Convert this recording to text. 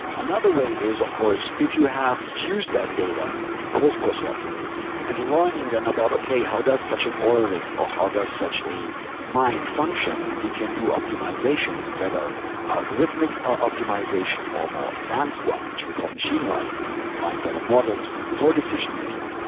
another way is of course if you have used that data in post-processing and learning then about, okay. how does such an oil rig or how does such a mine function, and you can do optimization whether algorithmic ah optimization or a more advanced one, which we call machine learning and then find better models for decision making.